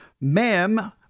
Ma'am